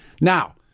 Now